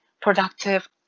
productive